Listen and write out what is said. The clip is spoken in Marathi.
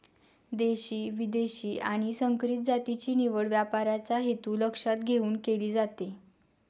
देशी, विदेशी आणि संकरित जातीची निवड व्यापाराचा हेतू लक्षात घेऊन केली जाते